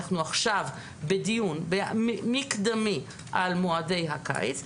אנחנו עכשיו בדיון מקדמי על מוקדי הקיץ.